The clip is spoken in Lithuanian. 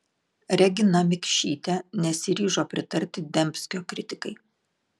regina mikšytė nesiryžo pritarti dembskio kritikai